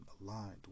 aligned